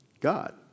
God